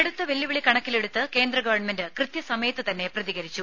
കടുത്ത വെല്ലുവിളി കണക്കിലെടുത്ത് കേന്ദ്ര ഗവൺമെന്റ് കൃത്യ സമയത്ത് തന്നെ പ്രതികരിച്ചു